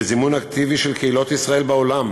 בזימון אקטיבי של קהילות ישראל בעולם,